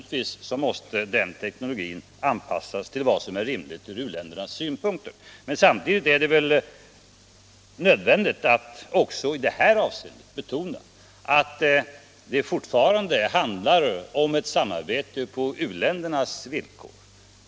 Den teknologin måste naturligtvis anpassas till vad som är rimligt ur u-ländernas synpunkt, men samtidigt är det nödvändigt att också i detta avseende betona att det fortfarande handlar om ett samarbete på u-ländernas villkor.